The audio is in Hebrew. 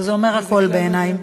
וזה אומר הכול בעיני.